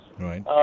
Right